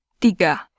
tiga